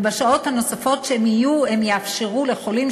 ובשעות הנוספות שהם יהיו הם יאפשרו לחולים